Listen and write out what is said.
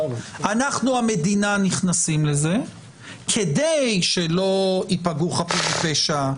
אנחנו המדינה נכנסים לזה כדי שלא ייפגעו חפים מפשע,